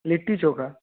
litti chokha